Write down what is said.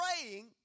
praying